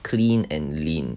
clean and lean